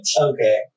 Okay